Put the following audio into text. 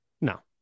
No